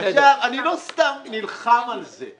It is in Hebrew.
לא סתם אני נלחם על זה.